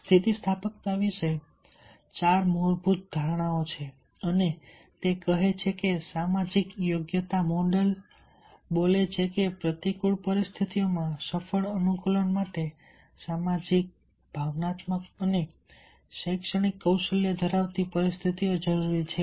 સ્થિતિસ્થાપકતા વિશે ચાર મૂળભૂત ધારણાઓ છે અને તે કહે છે કે સામાજિક યોગ્યતા મોડલ બોલે છે કે પ્રતિકૂળ પરિસ્થિતિઓમાં સફળ અનુકૂલન માટે સામાજિક ભાવનાત્મક અને શૈક્ષણિક કૌશલ્ય ધરાવવાની પરિસ્થિતિઓ જરૂરી છે